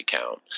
account